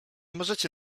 możecie